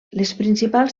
principals